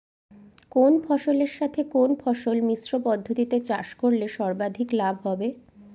কোন ফসলের সাথে কোন ফসল মিশ্র পদ্ধতিতে চাষ করলে সর্বাধিক লাভ হবে?